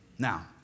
Now